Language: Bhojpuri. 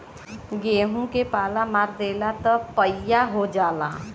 गेंहू के पाला मार देला त पइया हो जाला